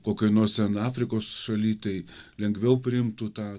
kokioj nors ten afrikos šaly tai lengviau priimtų tą